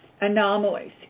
anomalies